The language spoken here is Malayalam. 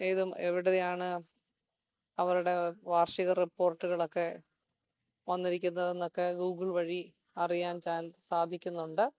ഏത് എവിടെയാണ് അവരുടെ വാർഷിക റിപ്പോർട്ടുകൾ ഒക്കെ വന്നിരിക്കുന്നത് എന്ന് ഒക്കെ ഗൂഗിൾ വഴി അറിയാൻ ചാൻ സാധിക്കുന്നുണ്ട്